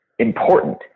important